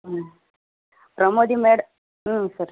ಹ್ಞೂ ಪ್ರಮೋದಿ ಮೇಡ್ ಹ್ಞೂ ಸರ್